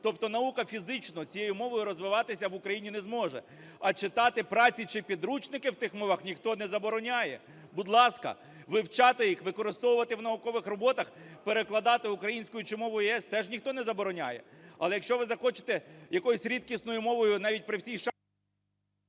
Тобто наука фізично цією мовою розвиватися в Україні не зможе, а читати праці чи підручники в тих мовах ніхто не забороняє. Будь ласка. Вивчати їх, використовувати в наукових роботах, перекладати українською чи мовою ЄС теж ніхто не забороняє. Але якщо ви захочете якоюсь рідкісною мовою, навіть при всій...